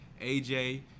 AJ